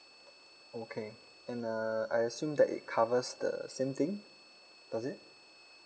okay and uh I assume that it covers the same thing does it